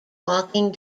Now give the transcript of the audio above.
walking